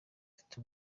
mfite